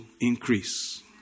increase